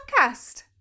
podcast